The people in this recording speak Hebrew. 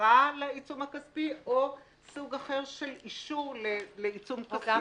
תקרא לעיצום הכספי או סוג אחר של אישור לעיצום כספי.